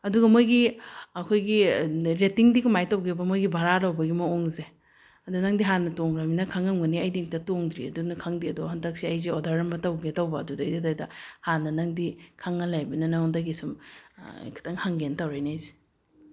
ꯑꯗꯨꯒ ꯃꯣꯏꯒꯤ ꯑꯩꯈꯣꯏꯒꯤ ꯔꯦꯠꯇꯤꯡꯗꯤ ꯀꯃꯥꯏꯅ ꯇꯧꯒꯦꯕ ꯃꯣꯏꯒꯤ ꯚꯔꯥ ꯂꯧꯕꯒꯤ ꯃꯑꯣꯡꯁꯦ ꯑꯗꯣ ꯅꯪꯗꯤ ꯍꯥꯟꯅ ꯇꯣꯡꯈ꯭ꯔꯝꯅꯤꯅ ꯈꯪꯉꯝꯒꯅꯤ ꯑꯩꯗꯤ ꯑꯃꯨꯛꯇ ꯇꯣꯡꯗ꯭ꯔꯤ ꯑꯗꯨꯅ ꯈꯪꯗꯦ ꯑꯗꯣ ꯍꯟꯗꯛꯁꯦ ꯑꯩꯁꯦ ꯑꯣꯔꯗꯔ ꯑꯃ ꯇꯧꯒꯦ ꯇꯧꯕ ꯑꯗꯨꯗꯩꯗꯨꯗꯩꯗ ꯍꯥꯟꯅ ꯅꯪꯗꯤ ꯈꯪꯉꯒ ꯂꯩꯕꯅꯤꯅ ꯅꯉꯣꯟꯗꯒꯤ ꯁꯨꯝ ꯈꯤꯇꯪ ꯍꯪꯒꯦꯅ ꯇꯧꯔꯛꯏꯅꯦ ꯑꯩꯁꯦ